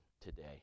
today